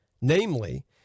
namely